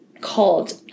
called